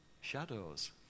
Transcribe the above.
shadows